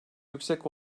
yüksek